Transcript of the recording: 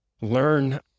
learn